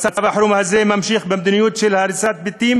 מצב החירום הזה ממשיך במדיניות של הריסת בתים